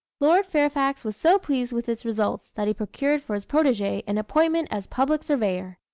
lord fairfax was so pleased with its results that he procured for his protege an appointment as public surveyor.